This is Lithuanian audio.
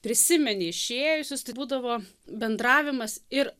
prisiminti išėjusius tai būdavo bendravimas ir